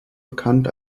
bekannt